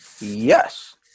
yes